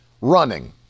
running